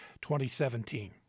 2017